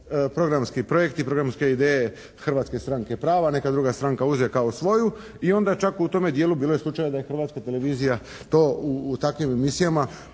programski projekti i programske ideje od Hrvatske stranke prava, neka druga stranka uze kao svoju i onda čak u tome dijelu bilo je slučajeva da je Hrvatska televizija to u takvim emisijama